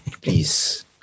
Please